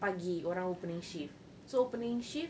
pagi orang opening shift so opening shift